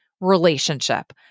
relationship